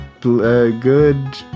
good